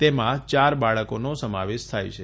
તેમાં યાર બાળકોનો સમાવેશ થાય છે